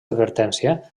advertència